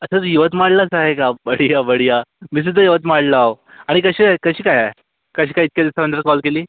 अच्छा यवतमाळलाच आहे का बढ़िया बढ़िया मी तिथे सुद्धा यवतमाळला हाव आणि कशीय कशी काय आहे कशी काय इतक्या दिवसानंतर कॉल केली